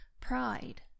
pride